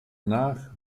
nach